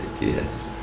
yes